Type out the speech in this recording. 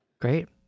Great